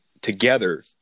together